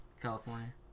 California